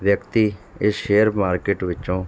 ਵਿਅਕਤੀ ਇਹ share market ਵਿੱਚੋਂ